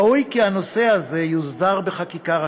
ראוי כי הנושא הזה יוסדר בחקיקה ראשית.